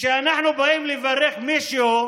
כשאנחנו באים לברך מישהו,